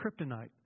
kryptonite